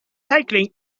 cycling